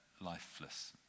Lifeless